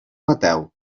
mateu